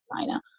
designer